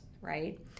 right